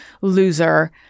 loser